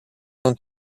con